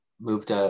moved